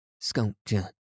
sculpture